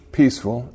peaceful